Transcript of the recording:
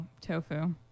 tofu